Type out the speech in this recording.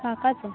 पाकाचं